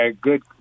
Good